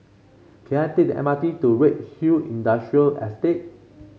can I take the M R T to Redhill Industrial Estate